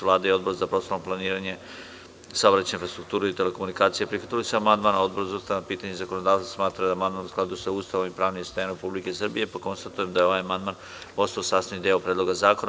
Vlada i Odbor za prostorno planiranje, saobraćaj, infrastrukturu i telekomunikacije prihvatili su amandman, a Odbor za ustavna pitanja i zakonodavstvo smatra da je amandman u skladu sa Ustavom i pravnim sistemom Republike Srbije, pa konstatujem da je ovaj amandman postao sastavni deo Predloga zakona.